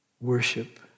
worship